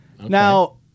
Now